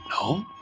No